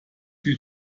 fiel